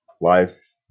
life